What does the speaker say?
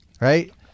Right